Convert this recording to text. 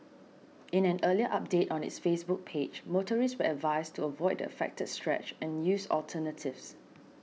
in an earlier update on its Facebook page motorists advised to avoid the affected stretch and use alternatives